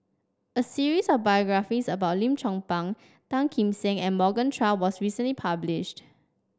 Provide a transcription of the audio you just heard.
a series of biographies about Lim Chong Pang Tan Kim Seng and Morgan Chua was recently published